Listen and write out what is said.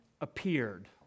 appeared